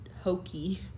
Hokey